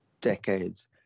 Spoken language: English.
decades